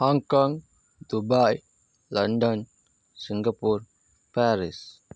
Hong Kong Dubai London Singapore Paris